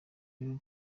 rero